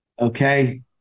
okay